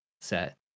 set